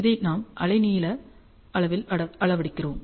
இதை நாம் அலைநீள அளவில் அளவிடுகிறோம்